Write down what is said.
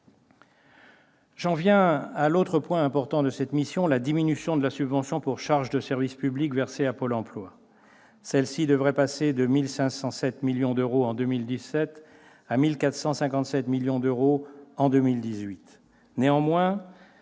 J'en viens à l'autre point important de cette mission : la diminution de la subvention pour charges de service public versée à Pôle emploi. Celle-ci devrait passer de 1 507 millions d'euros en 2017 à 1 457 millions d'euros en 2018.